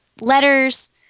letters